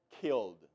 killed